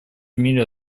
мире